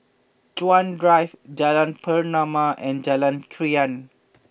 Chuan Drive Jalan Pernama and Jalan Krian